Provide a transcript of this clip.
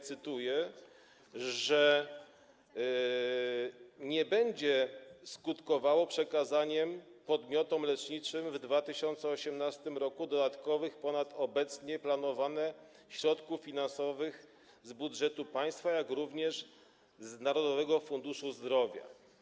Cytuję: „nie będzie skutkowała przekazaniem podmiotom leczniczym w 2018 r. dodatkowych, ponad obecnie planowane, środków finansowych z budżetu państwa, jak również z Narodowego Funduszu Zdrowia”